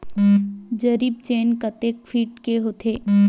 जरीब चेन कतेक फीट के होथे?